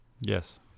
Yes